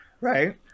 Right